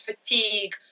fatigue